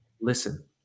Listen